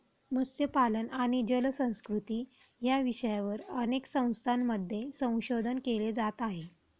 मत्स्यपालन आणि जलसंस्कृती या विषयावर अनेक संस्थांमध्ये संशोधन केले जात आहे